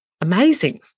amazing